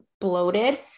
bloated